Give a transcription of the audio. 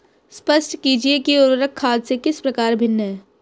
स्पष्ट कीजिए कि उर्वरक खाद से किस प्रकार भिन्न है?